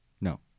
No